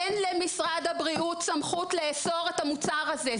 אין למשרד הבריאות סמכות לאסור את המוצר הזה.